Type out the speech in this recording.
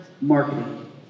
Marketing